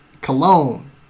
cologne